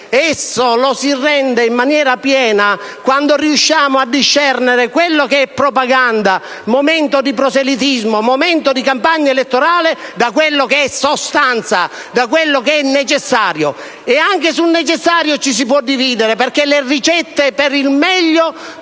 Paese, lo si rende in maniera piena, se riusciamo a discernere la propaganda, il momento di proselitismo o di campagna elettorale da quello che è sostanza, da quello che è necessario. Anche sul necessario ci si può dividere, perché le ricette per il meglio possono